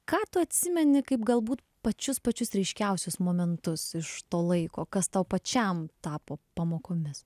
ką tu atsimeni kaip galbūt pačius pačius ryškiausius momentus iš to laiko kas tau pačiam tapo pamokomis